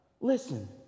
Listen